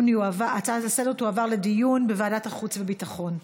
ההצעה לסדר-היום תועבר לדיון בוועדת החוץ והביטחון.